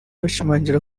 bashimangira